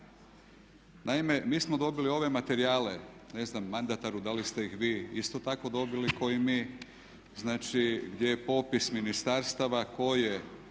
Naime, mi smo dobili ove materijale ne znam mandataru da li ste ih vi isto tako dobili kao i mi, znači gdje je popis ministarstava tko